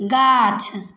गाछ